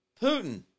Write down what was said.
Putin